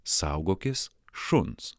saugokis šuns